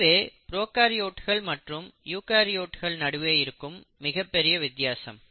இதுவே ப்ரோகாரியோட்கள் மற்றும் யூகரியோட்கள் நடுவே இருக்கும் மிகப்பெரிய வித்தியாசம்